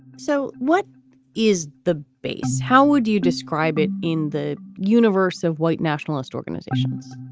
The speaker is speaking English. so what is the base? how would you describe it in the universe of white nationalist organizations?